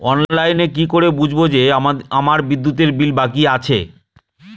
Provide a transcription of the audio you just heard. অনলাইনে কি করে বুঝবো যে আমার বিদ্যুতের বিল বাকি আছে?